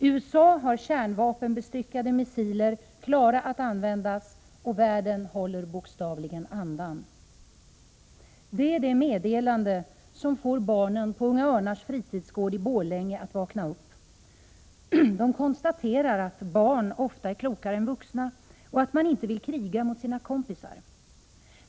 USA har kärnvapenbestyckade missiler klara att användas och världen håller bokstavligen andan.” Det är det meddelande som får barnen på Unga Örnars fritidsgård i Borlänge att vakna upp. De konstaterar att barn ofta är klokare än vuxna och att man inte vill kriga mot sina kompisar.